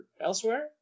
elsewhere